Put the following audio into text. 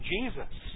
Jesus